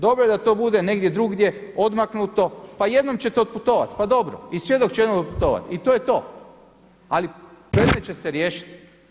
Dobro je da to bude negdje drugdje odmaknuto pa jednom ćete otputovati pa dobro i svjedok će jednom otputovati i to je to, ali predmet će se riješiti.